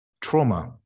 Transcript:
trauma